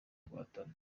guhatana